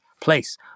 place